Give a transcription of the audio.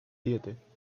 siete